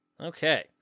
Okay